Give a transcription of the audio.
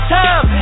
time